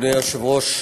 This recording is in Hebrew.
אדוני היושב-ראש,